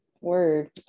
word